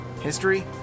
history